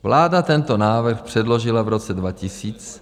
Vláda tento návrh předložila v roce 2000.